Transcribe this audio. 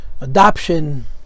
adoption